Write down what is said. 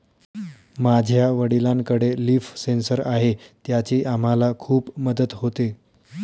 माझ्या वडिलांकडे leaf sensor आहे त्याची आम्हाला खूप मदत होते